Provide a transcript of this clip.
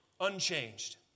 unchanged